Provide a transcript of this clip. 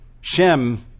Shem